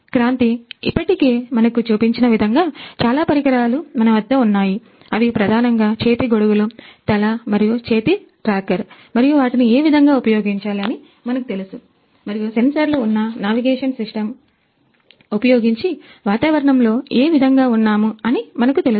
క్రాంతి ఇప్పటికే మనకు చూపించిన విధముగా చాలా పరికరాలు మన వద్ద ఉన్నాయి అవి ప్రధానంగా చేతి తొడుగులు తల మరియు చేతి ట్రాకర్ ఉపయోగించి వాతావరణంలో ఏ విధంగా ఉన్నాము అని మనకు తెలుసు